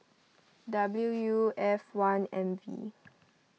W U F one M V